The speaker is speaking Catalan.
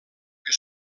que